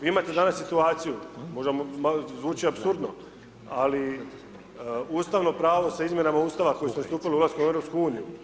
Vi imate danas situaciju, možda malo zvuči apsurdno, ali Ustavno pravo sa izmjenama Ustava koje su stupili sa ulaskom u EU.